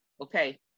okay